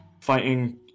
fighting